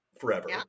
forever